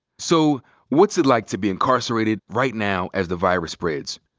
so what's it like to be incarcerated right now as the virus spreads?